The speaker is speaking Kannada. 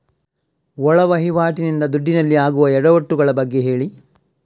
ಒಳ ವಹಿವಾಟಿ ನಿಂದ ದುಡ್ಡಿನಲ್ಲಿ ಆಗುವ ಎಡವಟ್ಟು ಗಳ ಬಗ್ಗೆ ಹೇಳಿ